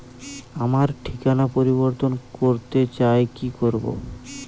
আমার ঠিকানা পরিবর্তন করতে চাই কী করব?